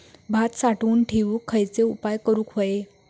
भात साठवून ठेवूक खयचे उपाय करूक व्हये?